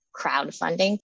crowdfunding